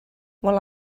while